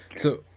so,